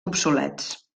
obsolets